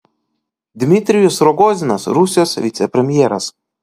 dmitrijus rogozinas rusijos vicepremjeras